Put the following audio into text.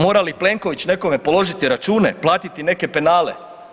Mora li Plenković nekome položiti račune, platiti neke penale?